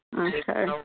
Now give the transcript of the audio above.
Okay